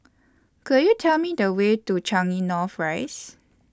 Could YOU Tell Me The Way to Changi North Rise